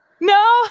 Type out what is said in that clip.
No